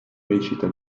recita